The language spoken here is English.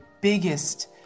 biggest